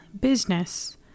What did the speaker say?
business